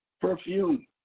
perfume